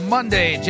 Monday